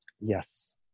Yes